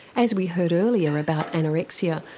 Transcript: as we heard earlier about anorexia,